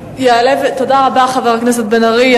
תודה רבה, חבר הכנסת בן-ארי.